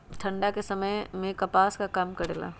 ठंडा के समय मे कपास का काम करेला?